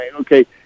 okay